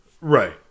Right